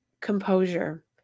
composure